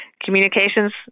Communications